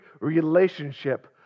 relationship